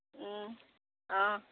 অঁ